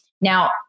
Now